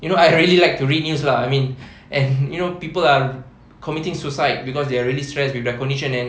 you know I really like to read news lah I mean and you know people are committing suicide cause they are really stress with their condition and